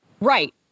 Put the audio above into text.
Right